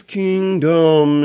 kingdom